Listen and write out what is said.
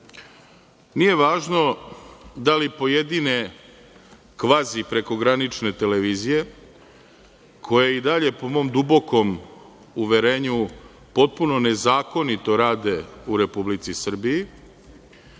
važno da li pojedine kvazi-prekogranične televizije, koje i dalje, po mom dubokom uverenju, potpuno nezakonito rade u Republici Srbiji,